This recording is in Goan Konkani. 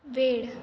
वेळ